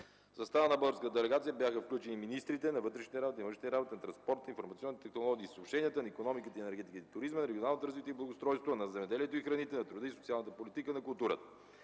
В състава на българската делегация бяха включени министрите на вътрешните работи, на външните работи, на транспорта, информационните технологии и съобщенията, на икономиката, енергетиката и туризма, регионалното развитие и благоустройството, на земеделието и храните, на труда и социалната политика, на културата,